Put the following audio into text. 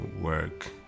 work